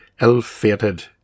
ill-fated